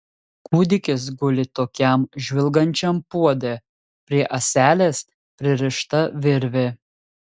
kūdikis guli tokiam žvilgančiam puode prie ąselės pririšta virvė